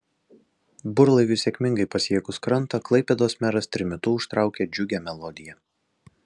burlaiviui sėkmingai pasiekus krantą klaipėdos meras trimitu užtraukė džiugią melodiją